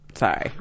sorry